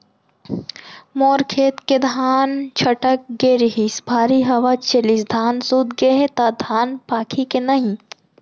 मोर खेत के धान छटक गे रहीस, भारी हवा चलिस, धान सूत गे हे, त धान पाकही के नहीं?